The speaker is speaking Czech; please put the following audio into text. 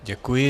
Děkuji.